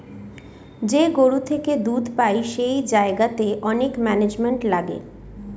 যে গরু থেকে দুধ পাই সেই জায়গাতে অনেক ম্যানেজমেন্ট লাগে